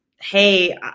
hey